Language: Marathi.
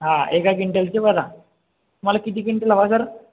हा एका क्विंटलचे बोला तुम्हाला किती क्विंटल हवा सर